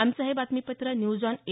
आमचं हे बातमीपत्र न्यूज ऑन ए